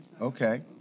Okay